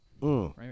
Right